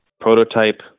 prototype